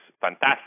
fantastic